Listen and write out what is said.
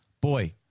boy